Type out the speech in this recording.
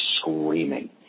screaming